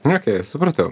okei supratau